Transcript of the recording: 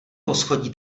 poschodí